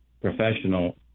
professional